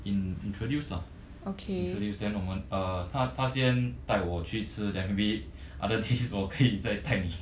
in introduced lah introduce then 我们 uh 他他先带我去吃 then maybe other days 我可以再带你